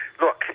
look